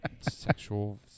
sexual